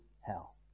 hell